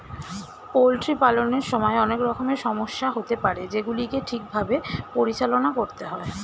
poultry পালনের সময় অনেক রকমের সমস্যা হতে পারে যেগুলিকে ঠিক ভাবে পরিচালনা করতে হয়